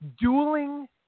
Dueling –